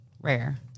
rare